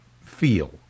feel